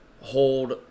hold